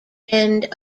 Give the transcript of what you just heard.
end